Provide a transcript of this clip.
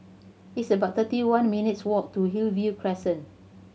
it's about thirty one minutes' walk to Hillview Crescent